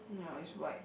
ya is white